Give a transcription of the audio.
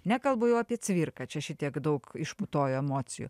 nekalbu jau apie cvirką čia šitiek daug išputojo emocijų